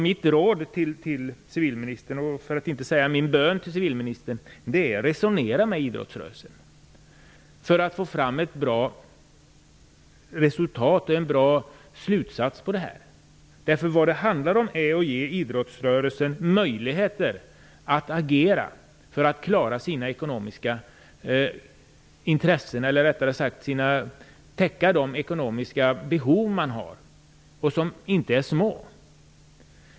Mitt råd, för att inte säga min bön, till civilministern är: Resonera med idrottsrörelsen för att få fram ett bra resultat, en bra slutsats. Vad det handlar om är att ge idrottsrörelsen möjligheter att agera för att täcka sina ekonomiska behov, som inte är små.